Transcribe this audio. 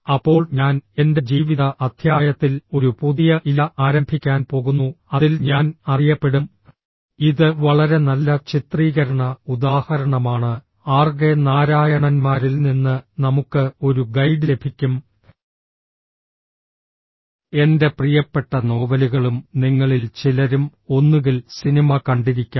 അപ്പോൾ ഞാൻ എന്റെ ജീവിത അധ്യായത്തിൽ ഒരു പുതിയ ഇല ആരംഭിക്കാൻ പോകുന്നു അതിൽ ഞാൻ അറിയപ്പെടും ഇത് വളരെ നല്ല ചിത്രീകരണ ഉദാഹരണമാണ് ആർകെ നാരായണന്മാരിൽ നിന്ന് നമുക്ക് ഒരു ഗൈഡ് ലഭിക്കും എന്റെ പ്രിയപ്പെട്ട നോവലുകളും നിങ്ങളിൽ ചിലരും ഒന്നുകിൽ സിനിമ കണ്ടിരിക്കാം